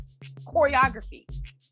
choreography